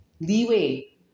leeway